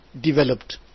developed